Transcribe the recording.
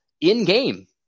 in-game